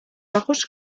bajos